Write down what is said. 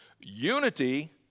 Unity